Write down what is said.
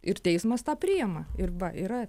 ir teismas tą priima ir va yra